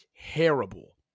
terrible